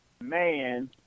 man